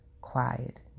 quiet